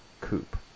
coupe